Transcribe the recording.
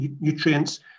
nutrients